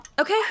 Okay